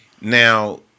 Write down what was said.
Now